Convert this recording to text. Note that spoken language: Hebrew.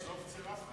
בסוף צירפתי אותו.